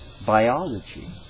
biology